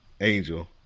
Angel